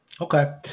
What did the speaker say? okay